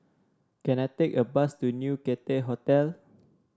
can I take a bus to New Cathay Hotel